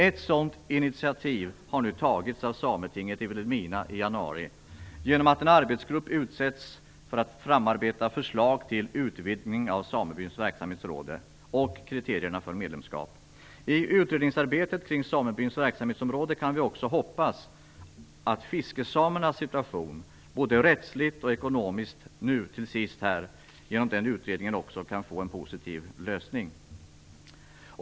Ett sådant initiativ har nu tagits av Sametinget i Vilhelmina i januari genom att en arbetsgrupp utsetts för att framarbeta ett förslag till utvidgning av samebyns verksamhetsområde och kriterierna för medlemskap. I utredningsarbetet kring samebyns verksamhetsområde kan vi också hoppas att fiskesamernas situation både rättsligt och ekonomiskt nu till sist får en positiv lösning.